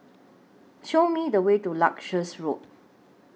Show Me The Way to Leuchars Road